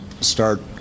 start